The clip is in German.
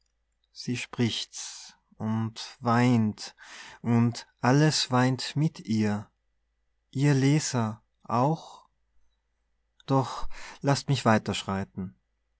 sie spricht's und weint und alles weint mit ihr ihr leser auch doch laßt mich weiter